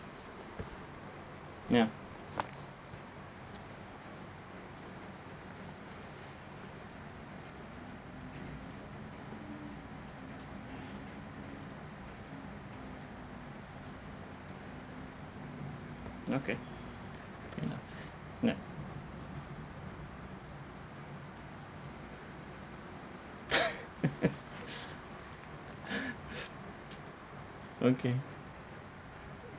ya okay yeah ya okay